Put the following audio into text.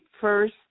first